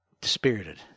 Dispirited